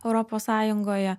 europos sąjungoje